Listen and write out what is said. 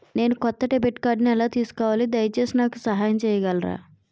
నేను కొత్త డెబిట్ కార్డ్ని ఎలా తీసుకోవాలి, దయచేసి నాకు సహాయం చేయగలరా?